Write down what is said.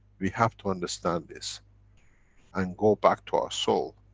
we have to understand this and go back to our soul.